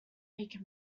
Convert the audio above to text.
make